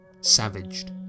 savaged